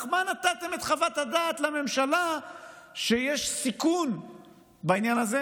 מה נתתם את חוות הדעת לממשלה שיש סיכון בעניין הזה?